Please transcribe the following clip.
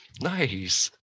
nice